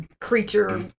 creature